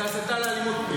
זו הסתה לאלימות.